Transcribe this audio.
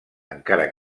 encara